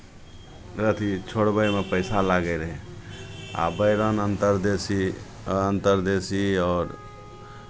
अथी छोड़बैमे पैसा लागै रहै आ बैरन अन्तर्देशीय अन्तर्देशीय आओर